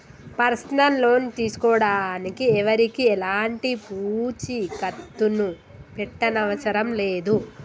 personal loan తీసుకోడానికి ఎవరికీ ఎలాంటి పూచీకత్తుని పెట్టనవసరం లేదు